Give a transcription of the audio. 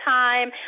time